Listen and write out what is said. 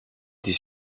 des